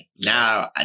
Now